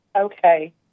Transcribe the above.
Okay